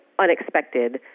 unexpected